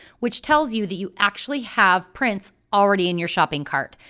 which tells you that you actually have prints already in your shopping cart,